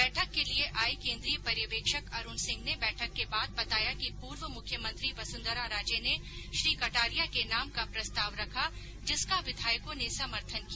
बैठक के लिये आये केन्द्रीय पर्यवेक्षक अरूण सिंह ने बैठक के बाद बताया कि पूर्व मुख्यमंत्री वसुंधरा राजे ने श्री कटारिया के नाम का प्रस्ताव रखा जिसका विधायकों ने समर्थन किया